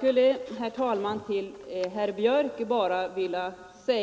Herr talman! Jag skulle bara vilja han